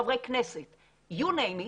חברי כנסת YOU NAME IT,